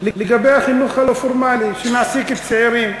לגבי החינוך הלא-פורמלי שמעסיק צעירים.